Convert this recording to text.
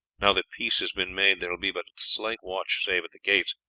now that peace has been made, there will be but slight watch save at the gates,